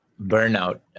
burnout